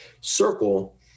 circle